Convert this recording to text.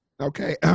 Okay